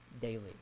daily